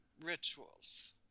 rituals